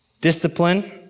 discipline